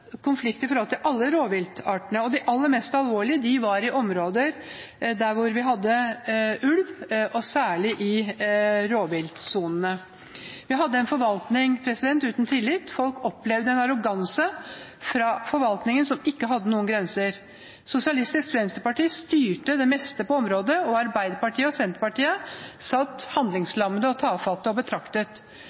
de aller mest alvorlige var i de områdene der vi hadde ulv, særlig i rovviltsonene. Vi hadde en forvaltning uten tillit, og folk opplevde en arroganse fra forvaltningen som ikke hadde noen grenser. Sosialistisk Venstreparti styrte det meste på området. Arbeiderpartiet og Senterpartiet satt handlingslammet og tafatte og betraktet.